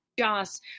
Joss